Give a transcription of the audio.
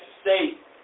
state